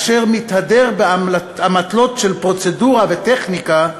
אשר מתהדר באמתלות של פרוצדורה וטכניקה,